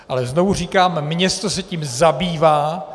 Ale znovu říkám, město se tím zabývá.